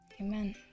Amen